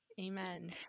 Amen